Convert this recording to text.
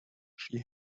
she